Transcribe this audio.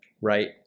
right